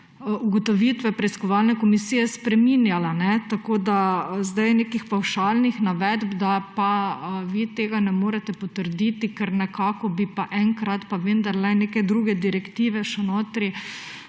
ugotovitve preiskovalne komisije spreminjala. Zdaj nekih pavšalnih navedb, da pa vi tega ne morete potrditi, ker nekako bi pa enkrat pa vendarle neke druge direktive še notri